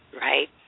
Right